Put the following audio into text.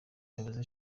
umuyobozi